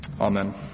Amen